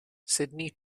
sidney